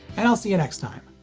and i'll see you next time!